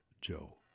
Joe